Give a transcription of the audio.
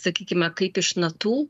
sakykime kaip iš natų